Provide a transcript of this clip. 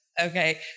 Okay